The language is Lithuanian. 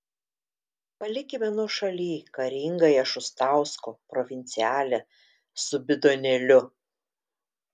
palikime nuošaly karingąją šustausko provincialę su bidonėliu